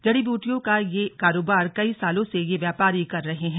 जड़ीबूटियों का ये कारोबार कई सालों से ये व्यापारी कर रहे हैं